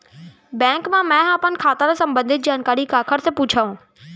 Bank मा मैं ह अपन खाता ले संबंधित जानकारी काखर से पूछव?